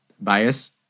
bias